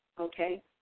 okay